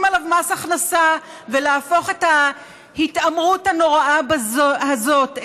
עליו מס הכנסה ולהפוך את ההתעמרות הנוראה הזאת,